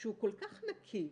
שהוא כל כך נקי,